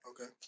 Okay